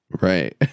Right